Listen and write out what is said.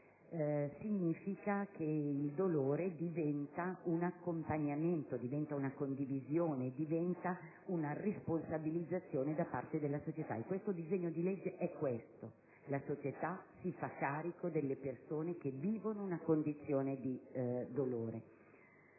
uguaglianza) il dolore diventa un accompagnamento, una condivisione, una responsabilizzazione da parte della società. Il disegno di legge in esame è questo: la società si fa carico delle persone che vivono una condizione di dolore.